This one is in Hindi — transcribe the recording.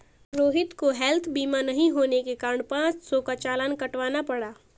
रोहित को हैल्थ बीमा नहीं होने के कारण पाँच सौ का चालान कटवाना पड़ा